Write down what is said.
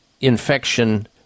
infection